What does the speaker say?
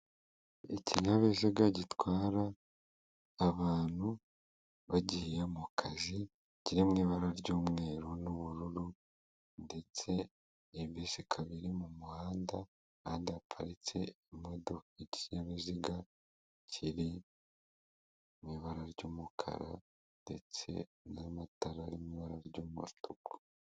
Ikinyabiziga gitwara abantu bagiye mu kazi kiri mu ibara ry'umweru n'ubururu ndetse iyo bisi ikaba iri mu muhanda ahandi haparitse amadoka ikinyabiziga kiri mu ibara ry'umukara ndetse n'amatara y'ibara ry'umutuku.